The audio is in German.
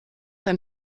dann